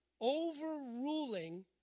overruling